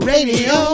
Radio